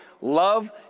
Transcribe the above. Love